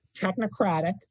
technocratic